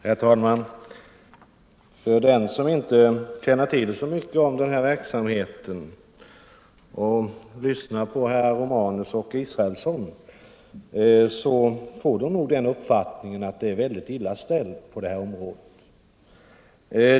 Herr talman! Den som inte känner till så mycket om verksamheten bland de utvecklingsstörda och lyssnar till herr Romanus och herr Israelsson får nog den uppfattningen att det är väldigt illa ställt på det här området.